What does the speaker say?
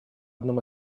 одном